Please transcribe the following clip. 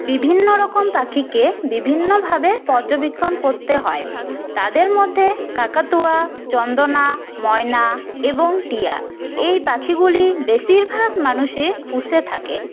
বিভিন্ন রকম পাখিকে বিভিন্নভাবে পর্যবেক্ষণ করতে হয় তাদের মধ্যে কাকাতুয়া চন্দনা ময়না এবং টিয়া এই পাখিগুলি বেশিরভাগ মানুষে পুষে থাকে